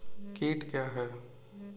कीट क्या है?